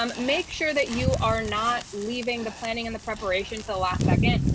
um make sure that you are not leaving the planning and the preparation for the last second,